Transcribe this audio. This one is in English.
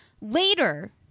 later